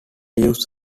leaves